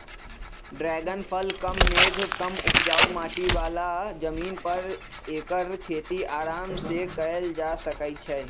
dragon फल कम मेघ कम उपजाऊ माटी बला जमीन पर ऐकर खेती अराम सेकएल जा सकै छइ